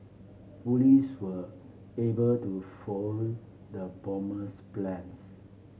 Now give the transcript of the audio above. police were able to foil the bomber's plans